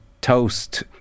toast